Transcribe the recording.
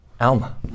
Alma